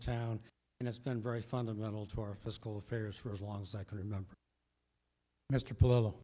town and it's been very fundamental to our fiscal affairs for as long as i can remember mr